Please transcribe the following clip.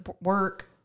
work